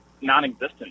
non-existent